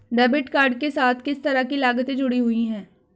Debit card के साथ किस तरह की लागतें जुड़ी हुई हैं?